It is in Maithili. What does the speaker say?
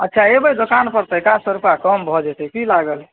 अच्छा अएबै दोकानपर तऽ एकाध सओ रुपैआ कम भऽ जेतै कि लागल हइ